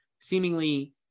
Seemingly